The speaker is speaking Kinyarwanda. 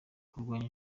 kurwanya